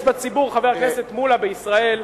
יש בציבור, חבר הכנסת מולה, בישראל,